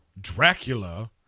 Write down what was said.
Dracula